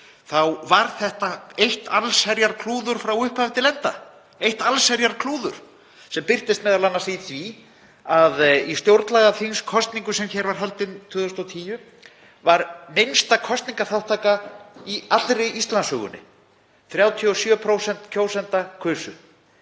þá var þetta eitt allsherjarklúður frá upphafi til enda, eitt allsherjarklúður. Það birtist m.a. í því að í stjórnlagaþingskosningu sem hér var haldin 2010 var minnsta kosningaþátttaka í allri Íslandssögunni, 37% kjósenda kusu.